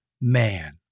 man